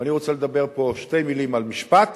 ואני רוצה לומר פה שתי מלים על משפט